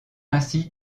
ainsi